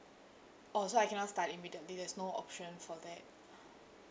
orh so I cannot start immediately there's no option for that